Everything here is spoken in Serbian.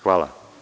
Hvala.